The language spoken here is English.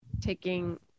taking